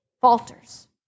falters